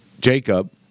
Jacob